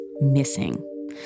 missing